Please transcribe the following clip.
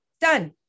Done